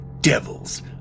devil's